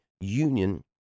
union